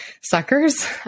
suckers